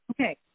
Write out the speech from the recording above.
Okay